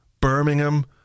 Birmingham